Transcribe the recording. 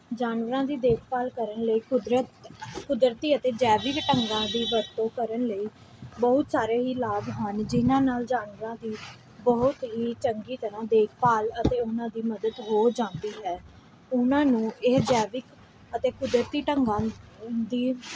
ਜਾਨਵਰਾਂ ਦੀ ਦੇਖਭਾਲ ਕਰਨ ਲਈ ਕੁਦਰਤ ਕੁਦਰਤੀ ਅਤੇ ਜੈਵਿਕ ਢੰਗਾਂ ਦੀ ਵਰਤੋਂ ਕਰਨ ਲਈ ਬਹੁਤ ਸਾਰੇ ਹੀ ਲਾਭ ਹਨ ਜਿਹਨਾਂ ਨਾਲ ਜਾਨਵਰਾਂ ਦੀ ਬਹੁਤ ਹੀ ਚੰਗੀ ਤਰ੍ਹਾਂ ਦੇਖਭਾਲ ਅਤੇ ਉਹਨਾਂ ਦੀ ਮਦਦ ਹੋ ਜਾਂਦੀ ਹੈ ਉਹਨਾਂ ਨੂੰ ਇਹ ਜੈਵਿਕ ਅਤੇ ਕੁਦਰਤੀ ਢੰਗਾਂ ਦੀ